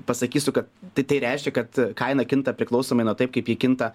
pasakysiu kad tai tai reiškia kad kaina kinta priklausomai nuo taip kaip ji kinta